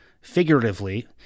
figuratively